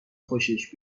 خوشش